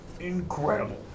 Incredible